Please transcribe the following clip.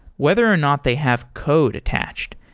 whether or not they have code attached.